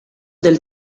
del